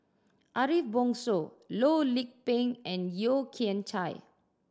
Ariff Bongso Loh Lik Peng and Yeo Kian Chye